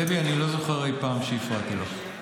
דבי, אני לא זוכר שאי פעם הפרעתי לך.